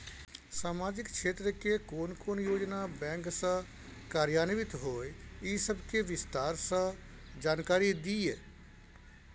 सामाजिक क्षेत्र के कोन कोन योजना बैंक स कार्यान्वित होय इ सब के विस्तार स जानकारी दिय?